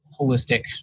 holistic